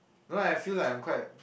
no I feel like I'm quite